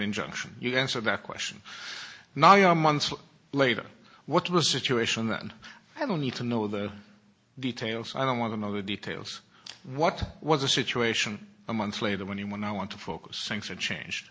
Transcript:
injunction you answer that question now you know months later what was a situation that i don't need to know the details i don't want to know the details what was a situation a month later when you when i want to focus things are changed